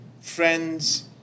friends